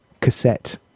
cassette